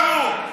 מה הוא?